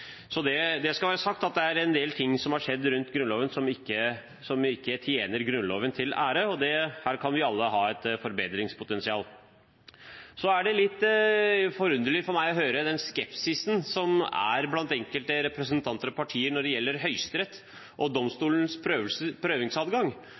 Så det skal være sagt at det er en del ting som har skjedd rundt Grunnloven, som ikke tjener Grunnloven til ære, og her kan vi alle ha et forbedringspotensial. Så er det litt forunderlig for meg å høre den skepsisen som er blant enkelte representanter og partier når det gjelder Høyesterett og